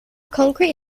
concrete